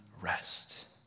rest